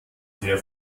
sehr